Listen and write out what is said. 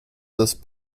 this